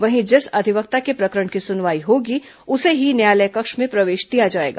वहीं जिस अधिवक्ता के प्रकरण की सुनवाई होगी उसे ही न्यायालय कक्ष में प्रवेश दिया जाएगा